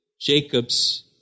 Jacob's